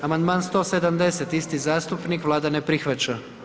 Amandman 170. isti zastupnik Vlada ne prihvaća.